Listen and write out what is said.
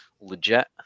legit